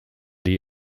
die